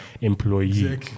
employee